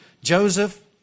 Joseph